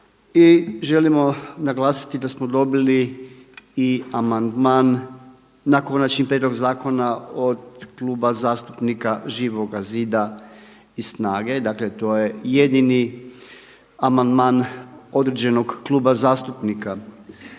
Želimo naglasiti da smo dobili i amandman na konačni prijedlog zakona od Kluba zastupnika Živoga zida i SNAGA-e, dakle to je jedini amandman određenog kluba zastupnika.